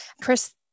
Chris